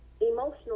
emotional